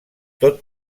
tot